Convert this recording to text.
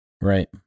Right